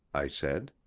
i said.